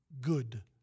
good